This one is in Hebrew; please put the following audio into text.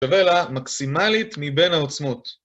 שווה לה מקסימלית מבין העוצמות.